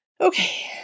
Okay